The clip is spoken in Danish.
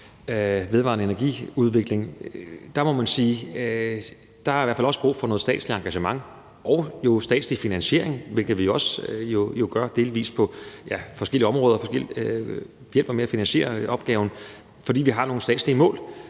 vedvarende energi-udvikling, må man sige, at der i hvert fald også er brug for noget statsligt engagement og statslig finansiering, hvilket vi jo også gør delvis på forskellige områder, hvor vi hjælper med at finansiere opgaven, fordi vi har nogle statslige mål.